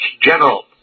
General